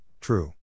true